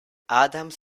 adams